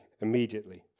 immediately